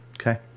Okay